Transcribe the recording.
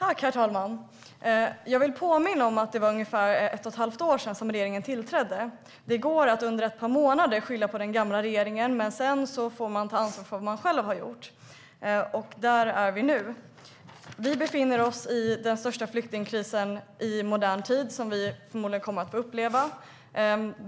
Herr talman! Jag vill påminna om att det är ungefär ett och ett halvt år sedan regeringen tillträdde. Det går att under ett par månader skylla på den gamla regeringen, men sedan får man ta ansvar för vad man själv har gjort. Där är vi nu. Vi befinner oss i den största flyktingkris vi förmodligen kommer att få uppleva i modern tid.